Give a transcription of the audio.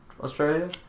Australia